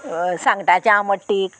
सांगटाचें आमटतीक